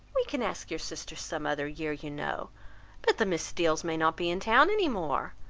we can ask your sisters some other year, you know but the miss steeles may not be in town any more.